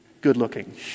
good-looking